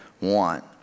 want